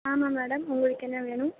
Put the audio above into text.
ஆமாம் மேடம் உங்களுக்கு என்ன வேணும்